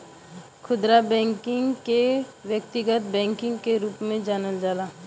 खुदरा बैकिंग के व्यक्तिगत बैकिंग के रूप में जानल जाला